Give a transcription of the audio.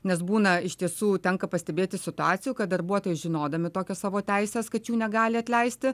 nes būna iš tiesų tenka pastebėti situacijų kad darbuotojai žinodami tokias savo teises kad jų negali atleisti